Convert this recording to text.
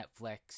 Netflix